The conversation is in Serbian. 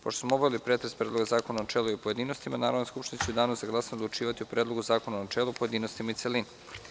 Pošto smo obavili pretres Predloga zakona u načelu i u pojedinostima, Narodna skupština će u danu za glasanje odlučivati o Predlogu zakona u načelu, pojedinostima i u celini.